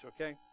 okay